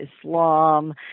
Islam